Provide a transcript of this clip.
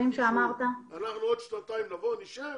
עוד שנתיים נבוא ונשב,